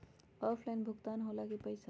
Offline भुगतान हो ला कि पईसा?